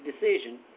decision